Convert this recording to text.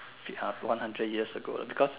one hundred years ago because